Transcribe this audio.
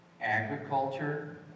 agriculture